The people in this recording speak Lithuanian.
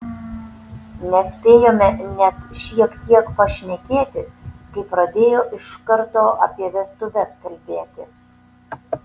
nespėjome net šiek tiek pašnekėti kai pradėjo iš karto apie vestuves kalbėti